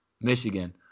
Michigan